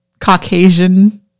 Caucasian